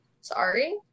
Sorry